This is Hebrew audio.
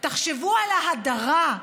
תחשבו על ההדרה,